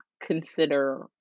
consider